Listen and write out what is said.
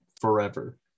forever